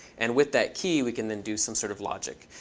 and with that key, we can then do some sort of logic.